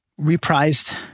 reprised